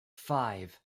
five